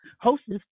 hostess